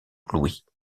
louis